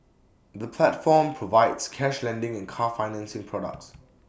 the platform provides cash lending and car financing products